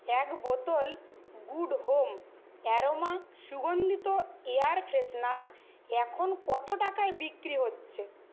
এক বোতল good home aroma সুগন্ধিত এয়ার ফ্রেশনার এখন কত টাকায় বিক্রি হচ্ছে